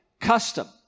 custom